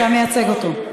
אתה מייצג אותו.